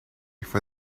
for